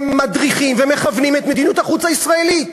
מדריכים ומכוונים את מדיניות החוץ הישראלית